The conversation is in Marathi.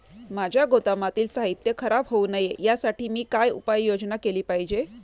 माझ्या गोदामातील साहित्य खराब होऊ नये यासाठी मी काय उपाय योजना केली पाहिजे?